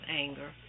anger